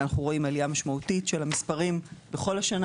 אנו רואים עלייה משמעותית של המספרים בכל השנה